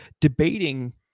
debating